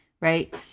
right